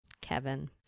Kevin